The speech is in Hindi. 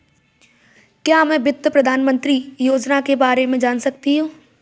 क्या मैं प्रधानमंत्री वित्त योजना के बारे में जान सकती हूँ?